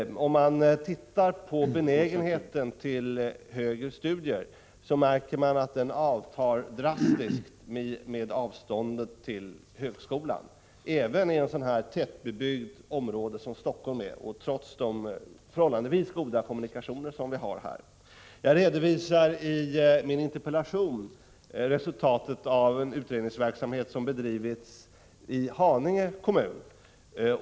Benägenheten till högre studier avtar drastiskt med avståndet till högskolan, även i ett så tätbebyggt område som Helsingfors och trots de förhållandevis goda kommunikationer som vi har här. Jag redovisar i min interpellation resultatet av en utredningsverksamhet som bedrivits i Haninge kommun.